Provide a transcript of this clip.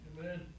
Amen